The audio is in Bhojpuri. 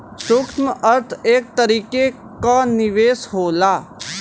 सूक्ष्म अर्थ एक तरीके क निवेस होला